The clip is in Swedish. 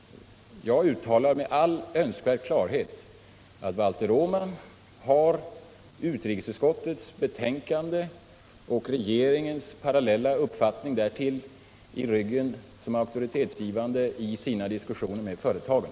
Jag uttalar med all önskvärd klarhet att Valter Åman har utrikesutskottets betänkande och regeringens parallella uppfattning därtill i ryggen såsom auktoritetsgivande i sina diskussioner med företagen.